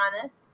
honest